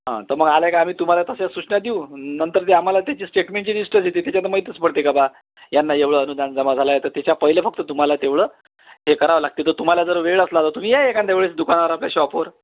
हां तर मग आलं का आम्ही तुम्हाला तशा सूचना देऊ नंतर ती आम्हाला त्याची स्टेटमेंटची लिस्टच येते त्याच्यातून माहीतच पडते का बा यांना एवढं अनुदान जमा झाला आहे तर त्याच्या पहिले फक्त तुम्हाला तेवढं हे करावं लागते तुम्हाला जर वेळ असला तर तुम्ही या एखाद्या वेळेस दुकानावर आपल्या शॉपवर